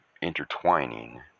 intertwining